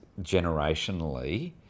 generationally